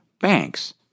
banks